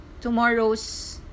tomorrow's